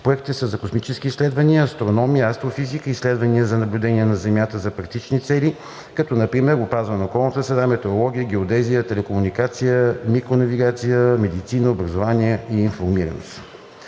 Проектите са за космически изследвания, астрономия, астрофизика, изследвания за наблюдения на земята за практични цели, като например опазване на околната среда, метеорология, геодезия, телекомуникация, микронавигация, медицина, образование и информираност.